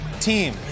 team